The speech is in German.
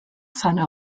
seiner